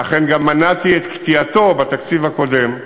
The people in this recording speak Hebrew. שאכן גם מנעתי את קטיעתו בתקציב הקודם,